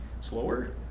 slower